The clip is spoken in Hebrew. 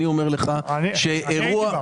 אני אומר לך שאירוע --- אני הייתי כאן.